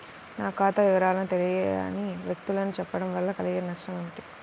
నా ఖాతా వివరాలను తెలియని వ్యక్తులకు చెప్పడం వల్ల కలిగే నష్టమేంటి?